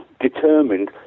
determined